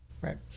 Right